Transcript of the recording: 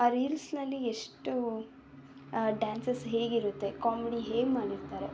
ಆ ರೀಲ್ಸ್ನಲ್ಲಿ ಎಷ್ಟು ಡ್ಯಾನ್ಸಸ್ ಹೇಗಿರುತ್ತೆ ಕಾಮಿಡಿ ಹೇಗೆ ಮಾಡಿರ್ತಾರೆ